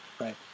right